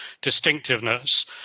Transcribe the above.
distinctiveness